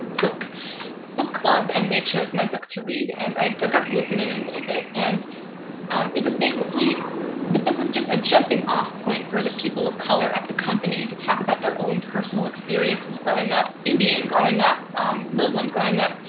book book club, and they chose my book to read. and i got to listen in a and little bit. and it was basically the book was just a jumping-off point for the people of color at the company to talk about their own personal experiences growing up indian, growing up muslim, growing up,